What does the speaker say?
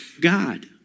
God